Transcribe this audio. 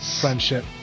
friendship